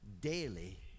daily